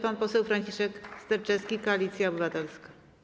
Pan poseł Franciszek Sterczewski, Koalicja Obywatelska.